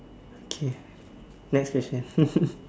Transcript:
okay next question